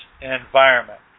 environment